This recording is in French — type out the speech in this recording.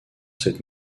cette